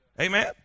amen